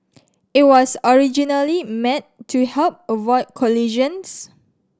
it was originally meant to help avoid collisions